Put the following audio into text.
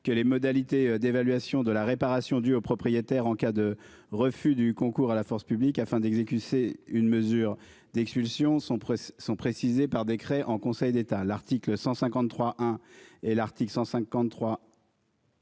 que les modalités d'évaluation de la réparation due aux propriétaires en cas de refus du concours à la force publique afin d'exécuter une mesure d'expulsion sont sans préciser par décret en Conseil d'État, l'article 153 hein et l'article 153.